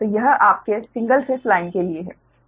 तो यह आपके सिंगल फेज लाइन के लिए है